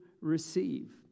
receive